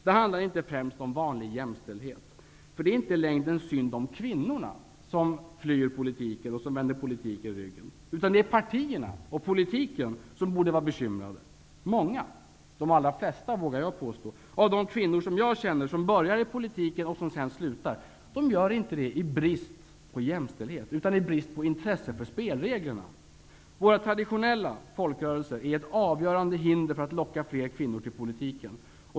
Det handlar inte främst om vanlig jämställdhet, för det är inte i längden synd om kvinnorna som vänder politiken ryggen. Det är partierna och politiken som borde vara bekymrade. Många -- de allra flesta vågar jag påstå -- av de kvinnor jag känner som börjar i politiken och sedan slutar, de gör inte det i brist på jämställdhet, utan i brist på intresse för spelreglerna. Våra traditionella folkrörelser är ett avgörande hinder för att locka fler kvinnor till politiken.